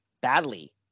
badly